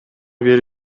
бири